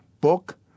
book